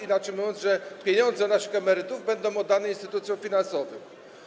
Inaczej mówiąc, pieniądze naszych emerytów będę oddane instytucjom finansowym.